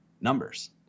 Numbers